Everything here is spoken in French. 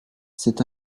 c’est